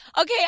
Okay